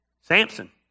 Samson